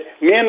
men